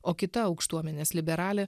o kita aukštuomenės liberalė